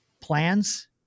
plans